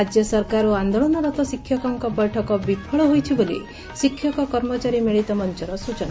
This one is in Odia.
ରାଜ୍ୟ ସରକାର ଓ ଆନ୍ଦୋଳନରତ ଶିକ୍ଷକଙ୍କ ବୈଠକ ବିଫଳ ହୋଇଛି ବୋଲି ଶିକ୍ଷକ କର୍ମଚାରୀ ମିଳିତ ମଞ୍ଚର ସୂଚନା